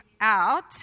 out